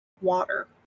water